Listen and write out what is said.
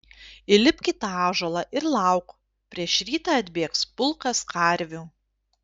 įlipk į tą ąžuolą ir lauk prieš rytą atbėgs pulkas karvių